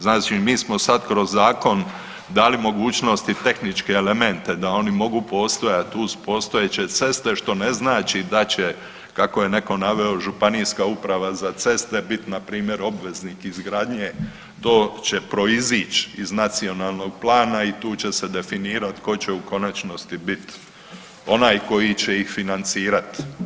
Znači mi smo sad kroz zakon dali mogućnosti i tehničke elemente da oni mogu postojati uz postojeće ceste što ne znači da će kako je netko naveo županijska uprava za ceste bit npr. obveznik izgradnje, to će proizić iz nacionalnog plana i tu će se definirat tko će u konačnosti biti onaj koji će ih financirat.